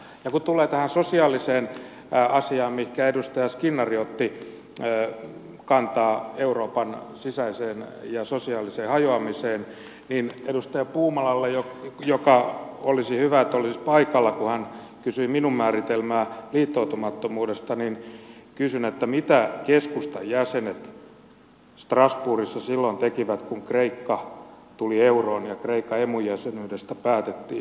kun tullaan tähän sosiaaliseen asiaan mihin edustaja skinnari otti kantaa euroopan sisäiseen ja sosiaaliseen hajoamiseen niin edustaja puumalalta jonka olisi hyvä olla paikalla kun hän kysyi minun määritelmääni liittoutumattomuudesta kysyn mitä keskustan jäsenet strasbourgissa silloin tekivät kun kreikka tuli euroon ja kreikan emu jäsenyydestä päätettiin